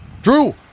Drew